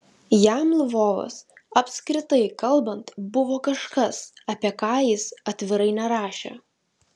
jam lvovas apskritai kalbant buvo kažkas apie ką jis atvirai nerašė